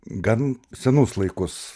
gan senus laikus